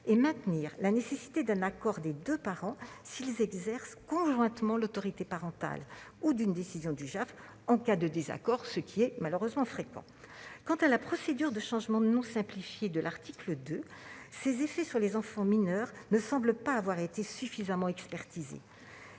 et maintenir la nécessité d'un accord des deux parents, s'ils exercent conjointement l'autorité parentale, ou d'une décision du JAF en cas de désaccord, ce qui est malheureusement fréquent. Les effets de la procédure de changement de nom simplifiée prévue à l'article 2 sur les enfants mineurs ne semblent pas avoir été suffisamment expertisés.